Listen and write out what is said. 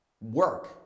work